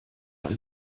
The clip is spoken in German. ein